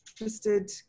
interested